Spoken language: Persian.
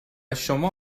شما